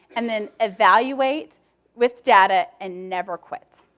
and then evaluate with data, and never quit.